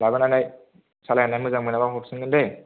लाबोनानै सालायनानै मोजां मोनाबा हरफिनगोन दै